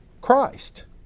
Christ